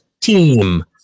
team